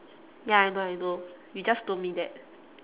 ya I know I know you just told me that